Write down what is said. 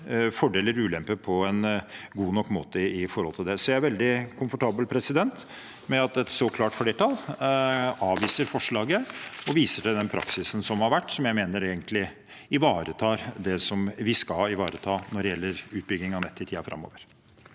fordeler og ulemper på en god nok måte. Jeg er veldig komfortabel med at et så klart flertall avviser forslaget, og viser til den praksisen som har vært, som jeg mener egentlig ivaretar det vi skal ivareta når det gjelder utbygging av nett i tiden framover.